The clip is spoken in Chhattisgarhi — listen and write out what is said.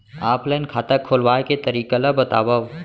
ऑफलाइन खाता खोलवाय के तरीका ल बतावव?